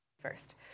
first